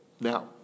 now